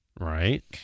right